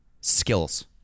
skills